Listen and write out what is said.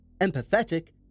empathetic